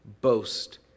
boast